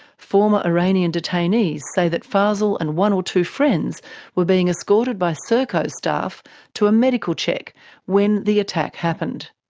former iranian detainees say that fazel and one or two friends were being escorted by serco staff to a medical check when the attack happened.